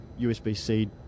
USB-C